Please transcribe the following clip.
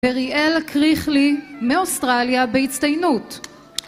אריאלה קריחלי, מאוסטרליה, בהצטיינות